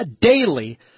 Daily